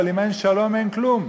אם אין שלום אין כלום.